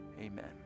amen